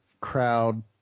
crowd